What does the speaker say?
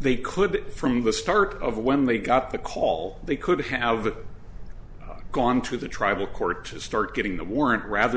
they could from the start of when they got the call they could have gone to the tribal court to start getting the warrant rather